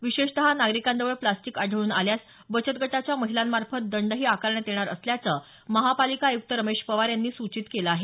विशेषत नागरिकांजवळ प्नास्टिक आढळून आल्यास बचत गटाच्या महिलांमार्फत दंडही आकारण्यात येणार असल्याचं महापालिका आयुक्त रमेश पवार यांनी सूचित केलं आहे